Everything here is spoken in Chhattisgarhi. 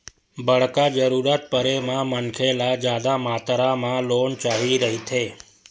बड़का जरूरत परे म मनखे ल जादा मातरा म लोन चाही रहिथे